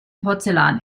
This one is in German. porzellan